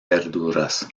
verduras